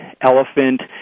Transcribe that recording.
elephant